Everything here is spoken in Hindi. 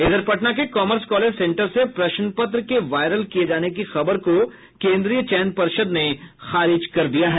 इधर पटना के कॉमर्स कॉलेज सेन्टर से प्रश्न पत्र के वायरल किये जाने की खबर को केन्द्रीय चयन पर्षद ने खारिज कर दिया है